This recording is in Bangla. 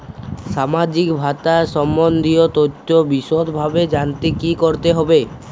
সামাজিক ভাতা সম্বন্ধীয় তথ্য বিষদভাবে জানতে কী করতে হবে?